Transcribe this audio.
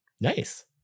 nice